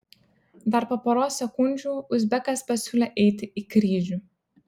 dar po poros sekundžių uzbekas pasiūlė eiti į kryžių